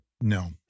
No